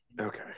Okay